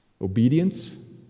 obedience